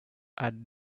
had